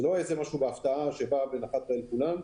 זו לא הפתעה שנחתה על כולם,